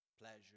pleasure